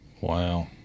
Wow